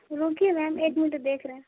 رکیے میم ایک منٹ دیکھ رہے ہیں